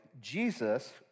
Jesus